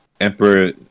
Emperor